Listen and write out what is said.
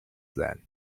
then